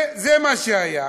וזה מה שהיה.